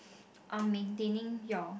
on maintaining your